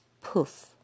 poof